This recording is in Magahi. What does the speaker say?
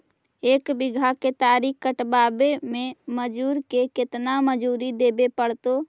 एक बिघा केतारी कटबाबे में मजुर के केतना मजुरि देबे पड़तै?